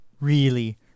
really-